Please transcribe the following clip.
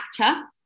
actor